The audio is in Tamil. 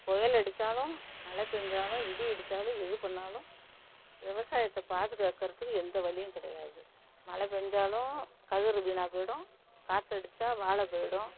புயல் அடிச்சாலும் மழை பெஞ்சாலும் இடி இடிச்சாலும் எது பண்ணாலும் விவசாயத்தை பாதுகாக்கிறத்துக்கு எந்த வழியும் கிடையாது மழை பெஞ்சாலும் கதிர் வீணாக போயிடும் காற்றடிச்சா வாழை போயிடும்